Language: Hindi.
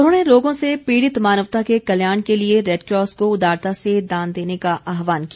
उन्होंने लोगों से पीड़ित मानवता के कल्याण के लिए रेडक्रॉस को उदारता से दान देने का आहवान किया